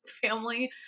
family